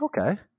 Okay